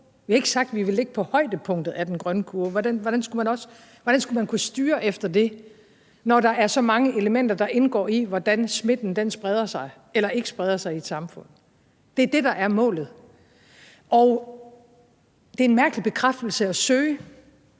Vi har ikke sagt, at vi vil ligge på højdepunktet af den grønne kurve. Hvordan skulle man kunne styre efter det, når der er så mange elementer, der indgår i, hvordan smitten spreder sig eller ikke spreder sig i et samfund? Det er det, der er målet. Og det er en mærkelig bekræftelse at søge,